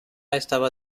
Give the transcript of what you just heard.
estaba